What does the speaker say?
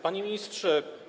Panie Ministrze!